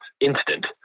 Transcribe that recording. instant